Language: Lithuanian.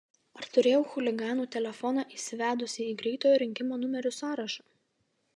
ar turėjau chuliganų telefoną įsivedusi į greitojo rinkimo numerių sąrašą